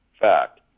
Fact